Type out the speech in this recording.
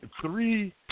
three